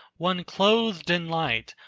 one clothed in light,